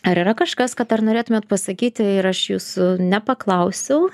ar yra kažkas kad ar norėtumėt pasakyti ir aš jūsų nepaklausiau